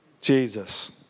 Jesus